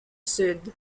sud